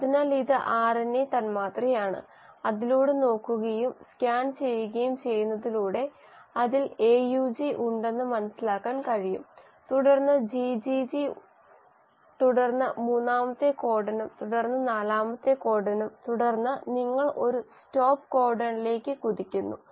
അതിനാൽ ഇത് ആർഎൻഎ തന്മാത്രയാണ് അതിലൂടെ നോക്കുകയും സ്കാൻ ചെയ്യുകയും ചെയ്യുന്നതിലൂടെ അതിൽ AUG ഉണ്ടെന്ന് മനസ്സിലാക്കാൻ കഴിയും തുടർന്ന് GGG തുടർന്ന് മൂന്നാമത്തെ കോഡണും തുടർന്ന് നാലാമത്തെ കോഡണും തുടർന്ന് നിങ്ങൾ ഒരു സ്റ്റോപ്പ് കോഡണിലേക്ക് കുതിക്കുന്നു